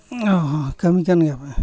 ᱚᱼᱦᱚ ᱠᱟᱹᱢᱤ ᱠᱟᱱ ᱜᱮᱭᱟ ᱯᱮ